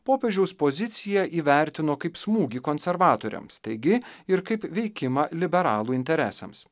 popiežiaus poziciją įvertino kaip smūgį konservatoriams taigi ir kaip veikimą liberalų interesams